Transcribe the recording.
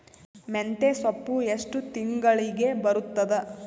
ಮೆಂತ್ಯ ಸೊಪ್ಪು ಎಷ್ಟು ತಿಂಗಳಿಗೆ ಬರುತ್ತದ?